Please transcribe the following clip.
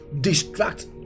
distract